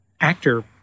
actor